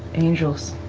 angels.